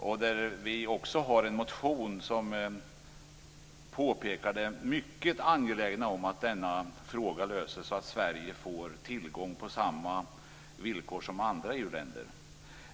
Vi har skrivit en motion om detta i vilken det påpekas det mycket angelägna i att denna fråga löses, så att Sverige får tillgång till detta på samma villkor som andra EU länder.